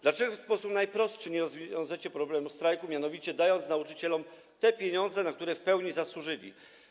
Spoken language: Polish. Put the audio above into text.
Dlaczego w sposób najprostszy nie rozwiążecie problemu strajku, mianowicie dając nauczycielom te pieniądze, na które w pełni zasłużyli?